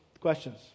questions